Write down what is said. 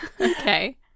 Okay